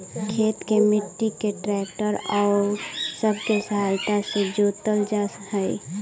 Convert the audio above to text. खेत के मट्टी के ट्रैक्टर औउर सब के सहायता से जोतल जा हई